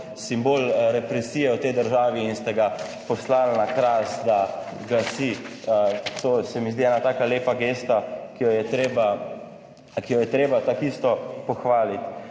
simbol represije v tej državi in ste ga poslali na Kras, da gasi. To se mi zdi ena taka lepa gesta, ki jo je treba ta isto pohvaliti.